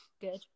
Good